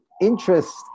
interest